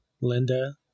Linda